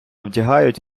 вдягають